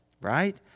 right